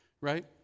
right